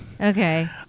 Okay